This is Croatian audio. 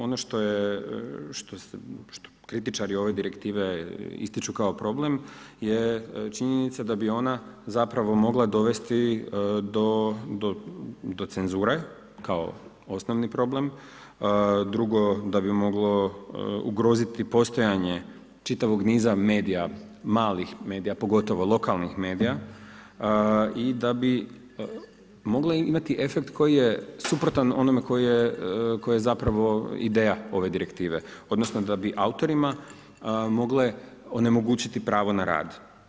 Ono što kritičari ove direktive ističu kao problem je činjenica da bi ona zapravo mogla dovesti do cenzure, kao osnovni problem, drugo da bi moglo ugroziti postojanje čitavog niza medija, malih medija, pogotovo lokalnih medija i da bi moglo imati efekt koji je suprotan onome koji je zapravo ideja ove direktive, odnosno da bi autorima mogle onemogućiti pravo na rad.